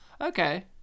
okay